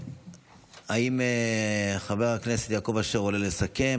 האם חבר הכנסת יעקב אשר עולה לסכם?